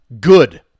Good